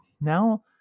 now